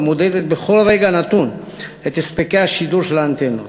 המודדת בכל רגע נתון את הספקי השידור של האנטנות.